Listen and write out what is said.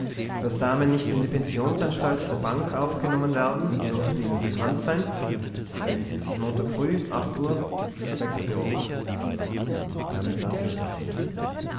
daß damen nicht in die pensionsanstalt der bank aufgenommen werden dürfte ihnen bekannt sein melden sie sich montag früh acht uhr im wechselbureau damit war sie entlassen